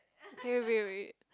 he will wait